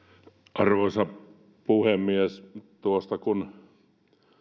arvoisa puhemies kun